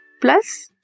plus